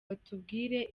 batubwira